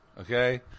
okay